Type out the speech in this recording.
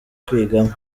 kwigamo